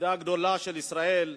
הידידה הגדולה של ישראל,